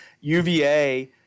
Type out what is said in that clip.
UVA